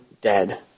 dead